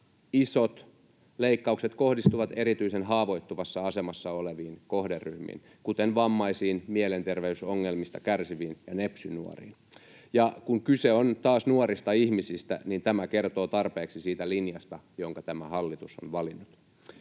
isot leikkaukset kohdistuvat erityisen haavoittuvassa asemassa oleviin kohderyhmiin, kuten vammaisiin, mielenterveysongelmista kärsiviin ja nepsy-nuoriin. Ja kun kyse on taas nuorista ihmisistä, niin tämä kertoo tarpeeksi siitä linjasta, jonka tämä hallitus on valinnut.